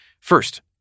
First